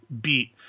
beat